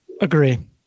agree